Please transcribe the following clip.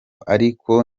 ariko